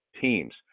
teams